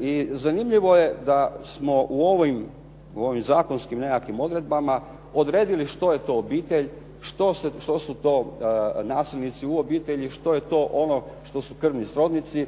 i zanimljivo je da smo u ovim zakonskim nekakvim odredbama odredili što je to obitelj, što su to nasilnici u obitelji, što je to ono što su krvni srodnici,